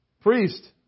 Priest